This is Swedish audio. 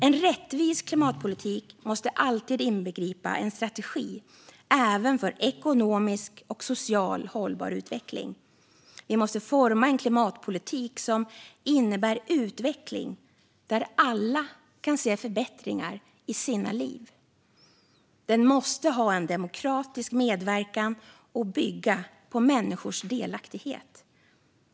En rättvis klimatpolitik måste alltid inbegripa en strategi även för ekonomisk utveckling och socialt hållbar utveckling. Vi måste forma en klimatpolitik som innebär utveckling där alla kan se förbättringar i sina liv. Den måste ha en demokratisk medverkan och bygga på människors delaktighet.